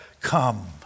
come